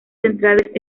centrales